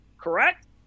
correct